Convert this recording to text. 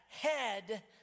head